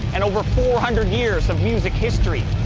and over four hundred years of music history.